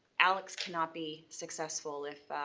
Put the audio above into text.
alex cannot be successful if,